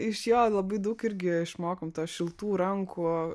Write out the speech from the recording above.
iš jo labai daug irgi išmokom to šiltų rankų